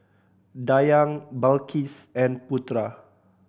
Dayang Balqis and Putera